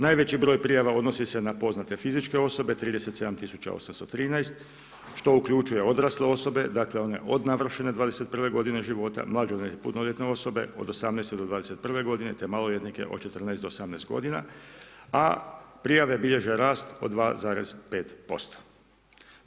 Najveći broj prijava odnosi se na poznate fizičke osobe 37 813 što uključuje odrasle osobe, dakle one od navršene 21. godine života, mlađe ili punoljetne osobe od 18 do 21. godine te maloljetnike od 14 do 18 godina, a prijave bilježe rast od 2,5%